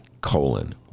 colon